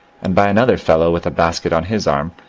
and by another fellow with a basket on his arm,